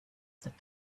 that